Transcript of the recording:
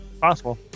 possible